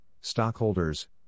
stockholders